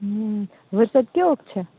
વરસાદ કેવો છે